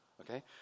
okay